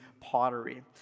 pottery